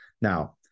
now